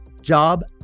job